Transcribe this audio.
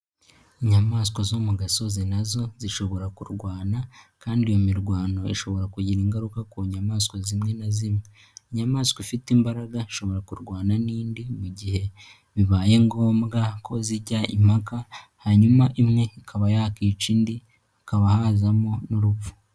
Inyamaswa zo mu gasozi nazo zishobora kurwana kandi iyo mirwano ishobora kugira ingaruka ku nyamaswa zimwe na zimwe. Inyamaswa ifite imbaraga ishobora kurwana n'indi mu gihe bibaye ngombwa ko zijya impaka, hanyuma imwe ikaba yakica indi hakaba hazamo n'urupfu.